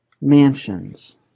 mansions